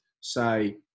say